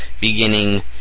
beginning